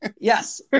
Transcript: Yes